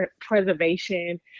preservation